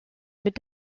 mit